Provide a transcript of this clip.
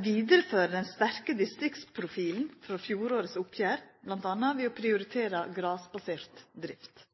vidarefører den sterke distriktsprofilen frå fjorårets oppgjer, bl.a. ved å prioritera grasbasert drift.